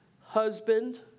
husband